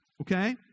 okay